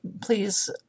please